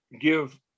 give